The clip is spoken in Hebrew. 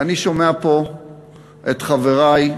ואני שומע פה את חברי,